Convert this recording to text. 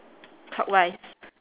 clockwise